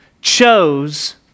chose